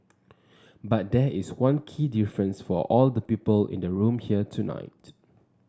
but there is one key difference for all the people in the room here tonight